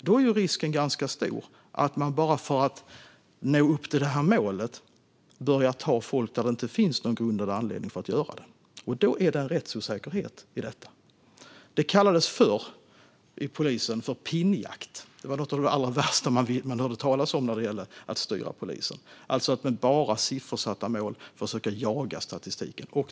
Då är risken ganska stor att man, bara för att nå upp till målet, börjar ta folk trots att det inte finns någon grund eller anledning till det. Det blir en rättsosäkerhet. Förr kallades detta pinnjakt inom polisen. Det var något av det allra värsta man hörde talas om när det gällde styrning av polisen. Med bara siffersatta mål försökte man jaga statistik.